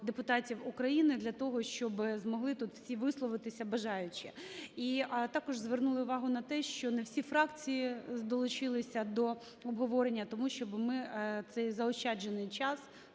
депутатів України для того, щоб змогли тут всі висловитися бажаючі. І також звернули увагу на те, що не всі фракції долучилися до обговорення. Тому, щоби ми цей заощаджений час